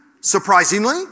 surprisingly